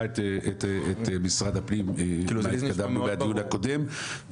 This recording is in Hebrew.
את משרד הפנים מה התקדם מהדיון הקודם.